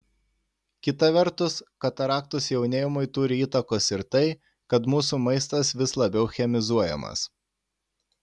kita vertus kataraktos jaunėjimui turi įtakos ir tai kad mūsų maistas vis labiau chemizuojamas